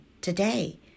today